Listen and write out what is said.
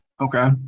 okay